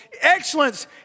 Excellence